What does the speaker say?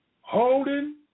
holding